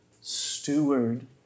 steward